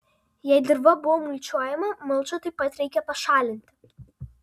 jei dirva buvo mulčiuojama mulčią taip pat reikia pašalinti